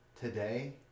today